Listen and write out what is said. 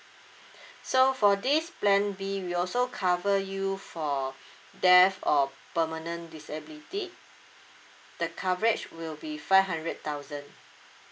so for this plan B we also cover you for death or permanent disability the coverage will be five hundred thousand